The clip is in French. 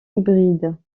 hybrides